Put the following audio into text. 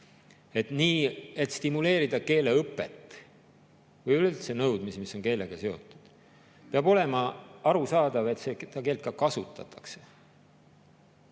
mõtet: et stimuleerida keeleõpet või üldse nõudmisi, mis on keelega seotud, peab olema arusaadav, et seda keelt ka kasutatakse.